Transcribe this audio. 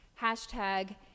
Hashtag